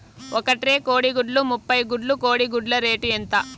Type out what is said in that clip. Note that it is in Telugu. ఒక ట్రే కోడిగుడ్లు ముప్పై గుడ్లు కోడి గుడ్ల రేటు ఎంత?